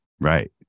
Right